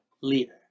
leader